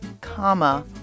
comma